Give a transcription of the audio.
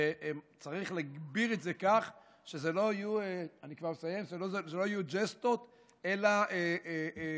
שצריך להגדיר את זה כך שזה לא יהיה ג'סטות אלא מחויבות,